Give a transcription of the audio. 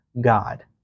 God